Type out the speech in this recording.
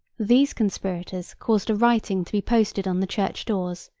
these conspirators caused a writing to be posted on the church doors,